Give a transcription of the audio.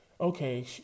okay